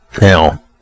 Now